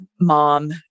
mom